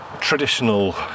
traditional